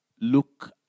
look